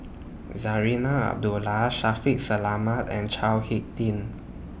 Zarinah Abdullah Shaffiq Selamat and Chao Hick Tin